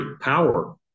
power